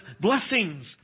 blessings